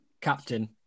Captain